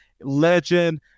legend